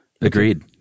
Agreed